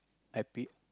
I pre~